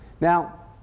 Now